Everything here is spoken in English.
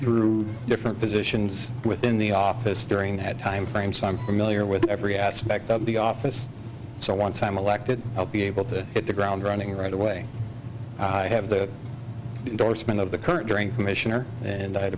through different positions within the office during that time frame so i'm familiar with every aspect of the office so once i'm elected i'll be able to hit the ground running right away i have the indorsement of the current during commissioner and i'd